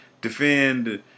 defend